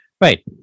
Right